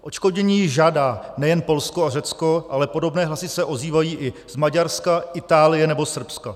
Odškodnění již žádá nejen Polsko a Řecko, ale podobné hlasy se ozývají i z Maďarska, Itálie nebo Srbska.